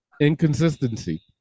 inconsistency